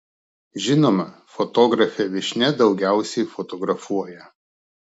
žinoma fotografė vyšnia daugiausiai fotografuoja